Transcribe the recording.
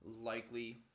likely